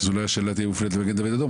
אז אולי השאלה תהיה מופנית למגן דוד אדום,